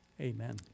Amen